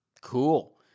Cool